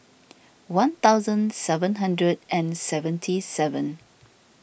one thousand seven hundred and seventy seven